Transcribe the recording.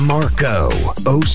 Marco